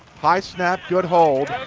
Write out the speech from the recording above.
high snap, good hold,